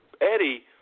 Eddie